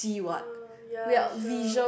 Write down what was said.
uh ya sure